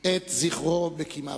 את זכרו בקימה.